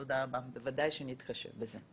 תודה רבה, בוודאי שנתחשב בזה.